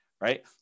Right